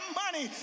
money